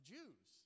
Jews